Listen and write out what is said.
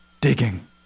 digging